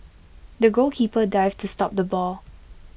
the goalkeeper dived to stop the ball